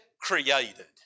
created